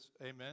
amen